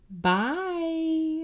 Bye